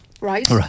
Right